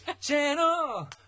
channel